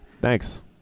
Thanks